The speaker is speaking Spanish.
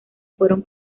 fueron